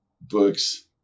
books